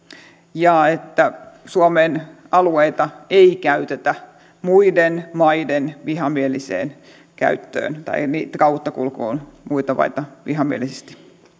ja että suomen alueita ei käytetä muiden maiden vihamieliseen käyttöön tai kauttakulkuun muita maita vihamielisesti